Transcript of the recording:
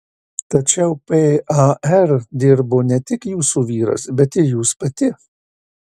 tačiau par dirbo ne tik jūsų vyras bet ir jūs pati